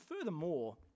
furthermore